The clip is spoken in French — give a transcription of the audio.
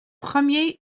premier